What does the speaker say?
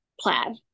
plaid